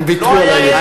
הם ויתרו על האי-אמון.